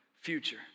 future